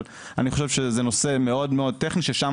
אבל אני חושב שזה נושא מאוד מאוד טכני ששם